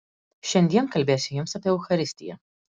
šiandien kalbėsiu jums apie eucharistiją